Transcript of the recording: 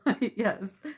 Yes